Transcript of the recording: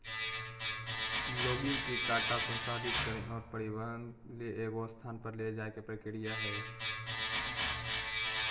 logging के काटा संसाधित करे और परिवहन ले एगो स्थान पर ले जाय के प्रक्रिया हइ